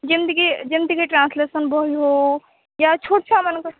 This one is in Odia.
ଯେମିତିକି ଯେମିତିକି ଟ୍ରାନ୍ସଲେସନ୍ ବହି ହଉ ଛୋଟ ଛୁଆମାନଙ୍କ